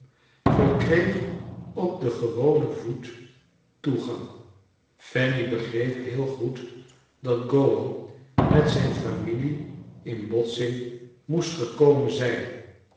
verkreeg op den gewonen voet toegang fanny begreep heel goed dat gowan met zijn familie in botsing moest gekomen zijn